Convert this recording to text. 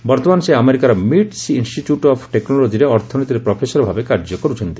ବର୍ଭମାନ ସେ ଆମେରିକାର ମିଟ୍ସ୍ ଇନ୍ଷି ଟେକ୍ନୋଲୋଜିରେ ଅର୍ଥନୀତିରେ ପ୍ରଫେସରଭାବେ କାର୍ଯ୍ୟ କରୁଛନ୍ତି